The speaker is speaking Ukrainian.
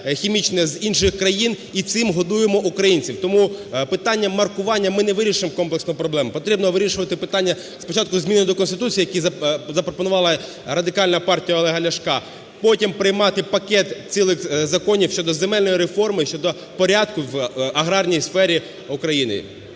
хімічне з інших країн, і цим годуємо українців. Тому питанням маркування ми не вирішимо комплексно проблему. Потрібно вирішувати питання спочатку змін до Конституції, які запропонувала Радикальна партія Олега Ляшка, потім приймати пакет цілих законів щодо земельної реформи, щодо порядку в аграрній сфері України.